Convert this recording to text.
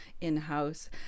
in-house